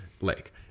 Lake